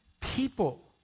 people